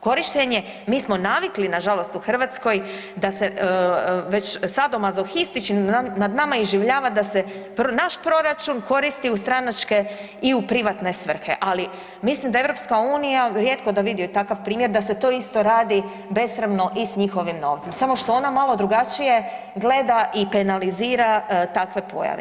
Korištenje, mi smo navikli nažalost u Hrvatskoj da se već sadomazohistično nad nama iživljava da se naš proračuna koristi u stranačke i u privatne svrhe, ali mislim da EU rijetko da vide takav primjer da se to isto radi besramno i s njihovim novcem, samo što ona malo drugačije gleda i penalizira takve pojave.